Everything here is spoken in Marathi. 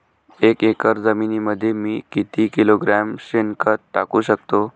एक एकर जमिनीमध्ये मी किती किलोग्रॅम शेणखत टाकू शकतो?